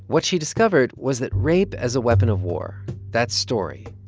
what she discovered was that rape as a weapon of war that story,